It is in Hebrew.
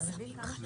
אנחנו,